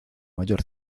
mayor